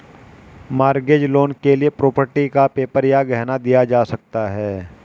mortgage loan के लिए property का पेपर या गहना दिया जा सकता है